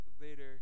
later